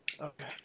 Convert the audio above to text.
Okay